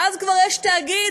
ואז כבר יש תאגיד.